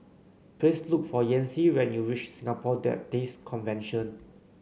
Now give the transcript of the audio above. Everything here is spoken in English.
please look for Yancy when you reach Singapore Baptist Convention